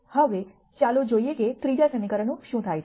હવે ચાલો જોઈએ કે ત્રીજા સમીકરણનું શું થાય છે